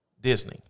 Disney